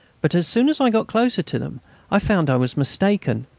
but as soon as i got closer to them i found i was mistaken.